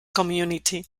community